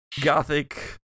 Gothic